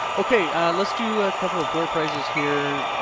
okay let's do a couple of door prizes here.